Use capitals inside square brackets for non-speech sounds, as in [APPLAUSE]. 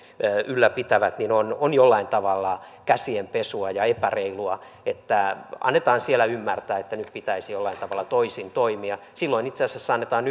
ylläpitävät on on jollain tavalla käsien pesua ja epäreilua että annetaan siellä ymmärtää että nyt pitäisi jollain tavalla toisin toimia silloin itse asiassa annetaan [UNINTELLIGIBLE]